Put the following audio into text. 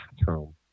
bathroom